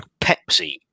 Pepsi